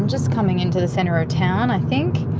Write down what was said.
just coming into the centre of town i think.